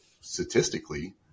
statistically